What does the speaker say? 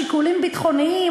שיקולים ביטחוניים,